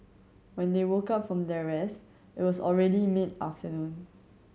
when they woke up from their rest it was already mid afternoon